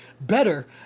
better